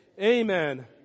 amen